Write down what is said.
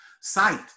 Sight